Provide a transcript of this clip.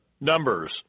Numbers